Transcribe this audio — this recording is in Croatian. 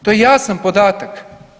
To je jasan podatak.